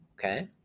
okay